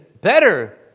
better